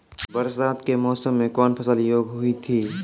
बरसात के मौसम मे कौन फसल योग्य हुई थी?